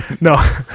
no